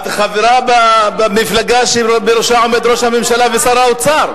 את חברה במפלגה שבראשה עומד ראש הממשלה ושר האוצר.